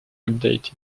updated